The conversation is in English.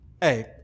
Hey